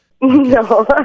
No